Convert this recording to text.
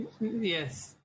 Yes